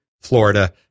Florida